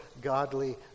godly